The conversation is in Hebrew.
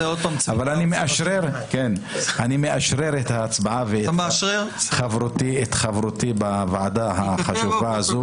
אבל אני מאשרר את ההצבעה ואת חברותי בוועדה החשובה הזאת.